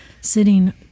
sitting